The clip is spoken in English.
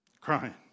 crying